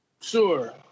Sure